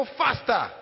faster